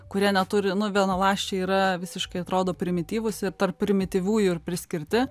kurie neturi nu vienaląsčiai yra visiškai atrodo primityvūs ir tarp primityviųjų ir priskirti